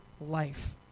life